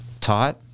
taught